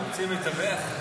רוצים מתווך?